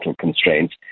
constraints